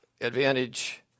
Advantage